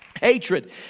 Hatred